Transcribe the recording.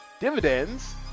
dividends